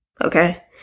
okay